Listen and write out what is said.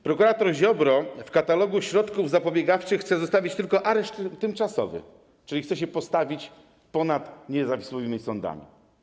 Prokurator Ziobro w katalogu środków zapobiegawczych chce zostawić tylko areszt tymczasowy, czyli chce się postawić ponad niezawisłymi sądami.